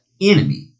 enemy